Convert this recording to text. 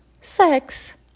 sex